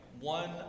one